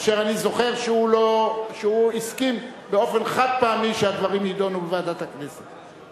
אשר אני זוכר שהוא הסכים באופן חד-פעמי שהדברים יידונו בוועדת הכנסת.